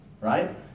Right